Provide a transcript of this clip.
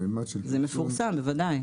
זה מפורסם, בוודאי.